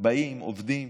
באים, עובדים.